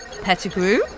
Pettigrew